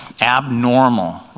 abnormal